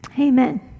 Amen